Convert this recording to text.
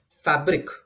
fabric